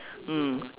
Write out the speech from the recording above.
mm